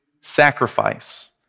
sacrifice